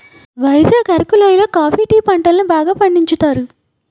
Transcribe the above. వైజాగ్ అరకు లోయి లో coffee tea పంటలను బాగా పండించుతారు